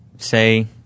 say